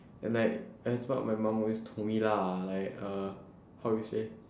and like that's what my mum always told me lah like uh how you say